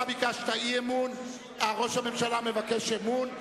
אתה ביקשת אי-אמון, ראש הממשלה מבקש אמון.